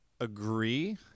agree